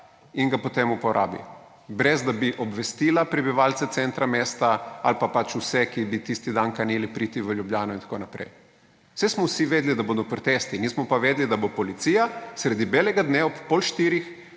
in ga potem uporabi, brez da bi obvestila prebivalce centra mesta ali pa pač vse, ki bi tisti dan kanili priti v Ljubljano in tako naprej. Saj smo vsi vedeli, da bodo protesti, nismo pa vedeli, da bo policija sredi belega dne ob 15.30